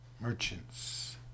merchants